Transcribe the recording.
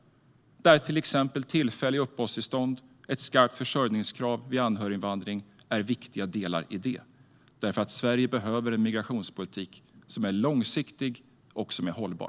Till exempel tillfälliga uppehållstillstånd och ett skarpt försörjningskrav vid anhöriginvandring är viktiga delar i detta. Sverige behöver nämligen en migrationspolitik som är långsiktig och hållbar.